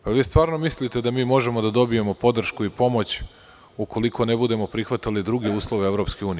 Da li stvarno mislite da možemo da dobijemo podršku i pomoć ukoliko ne budemo prihvatali druge uslove EU?